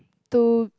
to